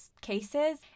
cases